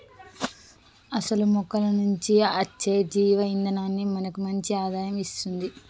అసలు మొక్కల నుంచి అచ్చే జీవ ఇందనాన్ని మనకి మంచి ఆదాయం ఇస్తుంది